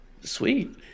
Sweet